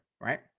right